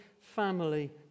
family